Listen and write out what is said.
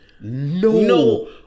no